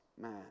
man